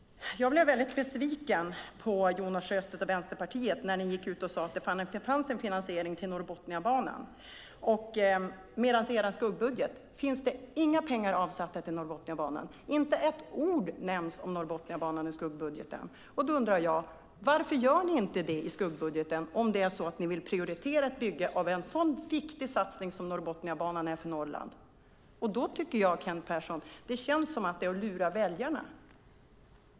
Jag blev väldigt besviken på Jonas Sjöstedt och Vänsterpartiet när ni gick ut och sade att det fanns en finansiering till Norrbotniabanan medan det i er skuggbudget inte finns några pengar avsatta till Norrbotniabanan. Inte med ett ord nämns Norrbotniabanan i skuggbudgeten. Då undrar jag: Varför gör ni inte det i skuggbudgeten, om det är så att ni vill prioritera ett bygge av en så viktig satsning som Norrbotniabanan är för Norrland? Då tycker jag, Kent Persson, att det känns som att det är att lura väljarna.